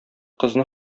кызны